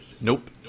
nope